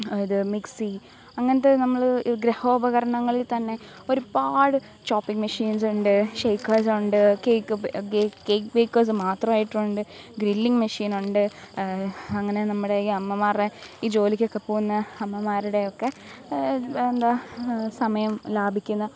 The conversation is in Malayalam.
ഇത് മിക്സി അങ്ങനത്തെ നമ്മൾ ഗൃഹോപകരണങ്ങളിൽത്തന്നെ ഒരുപാട് ചോപ്പിംഗ് മെഷീൻസ് ഉണ്ട് ഷെയ്ക്കേർസ് ഉണ്ട് കെയ്ക്ക് കെയ്ക്ക് ബെയ്ക്കേഴ്സ് മാത്രായിട്ടുണ്ട് ഗ്രില്ലിങ്ങ് മെഷീനുണ്ട് അങ്ങനെ നമ്മുടെ ഈ അമ്മമാരുടെ ഈ ജോലിക്കൊക്കെ പോകുന്ന അമ്മമാരുടെയൊക്കെ എന്താ സമയം ലാഭിക്കുന്ന